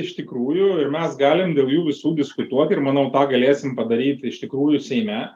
iš tikrųjų ir mes galim dėl jų visų diskutuot ir manau tą galėsim padaryt iš tikrųjų seime